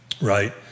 right